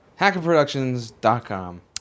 Hackerproductions.com